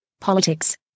Politics